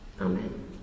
Amen